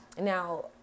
Now